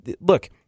look